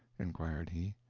inquired he.